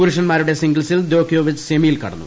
പുരുഷൻമാരുടെ സിംഗിൾസിൽ ദ്യോക്കോവിച്ച് സെമിയിൽ കടന്നു